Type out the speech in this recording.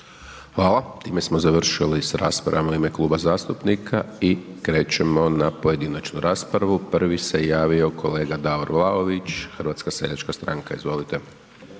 Hvala time smo završili s raspravama u ime kluba zastupnika i krećemo na pojedinačnu raspravu, prvi se javio kolega Davor Vlaović Hrvatska seljačka stranka, izvolite.